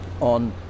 on